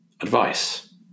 Advice